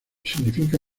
significa